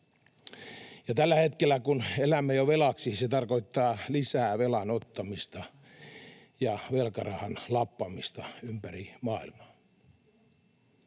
tällä hetkellä, kun elämme jo velaksi, se tarkoittaa lisää velan ottamista ja velkarahan lappamista ympäri maailmaa.